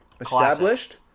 Established